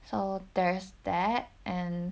so there's that and